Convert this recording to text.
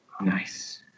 Nice